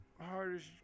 hardest